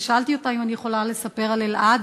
ושאלתי אותה אם אני יכולה לספר על אלעד,